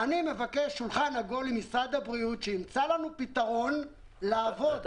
אני מבקש שולחן עגול עם משרד הבריאות ושהוא ימצא לנו פתרון לעבוד זהו.